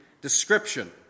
description